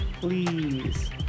please